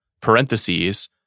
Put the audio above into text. parentheses